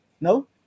No